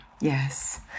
Yes